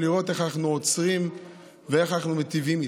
לראות איך אנחנו עוצרים ואיך אנחנו מיטיבים איתם.